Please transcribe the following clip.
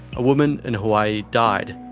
a woman in hawaii died.